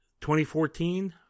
2014